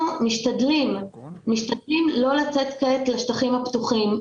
אנחנו משתדלים לא לתת לשטחים הפתוחים,